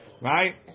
right